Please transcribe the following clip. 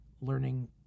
learning